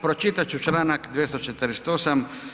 Pročitat ću čl. 248.